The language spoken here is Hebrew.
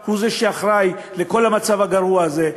הם שאחראים לכל המצב הגרוע הזה.